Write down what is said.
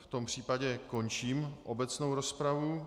V tom případě končím obecnou rozpravu.